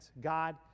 God